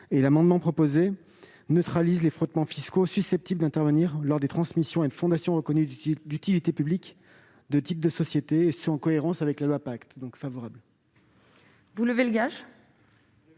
tendent à neutraliser les frottements fiscaux susceptibles d'intervenir lors des transmissions à des fondations reconnues d'utilité publique de titres de société, et ce en cohérence avec la loi Pacte.